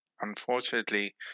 unfortunately